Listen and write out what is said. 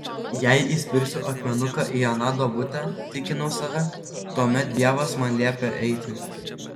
jei įspirsiu akmenuką į aną duobutę tikinau save tuomet dievas man liepia eiti